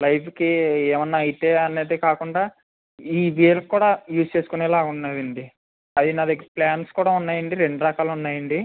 లైఫ్కి ఏమైనా అయితే అనేదే కాకుండా ఈ వీళ్ళకి కూడా యూజ్ చేసుకునేలా ఉన్నది అండి అది నా దగ్గర ప్లాన్స్ కూడా ఉన్నాయి అండి రెండు రకాలు ఉన్నాయి అండి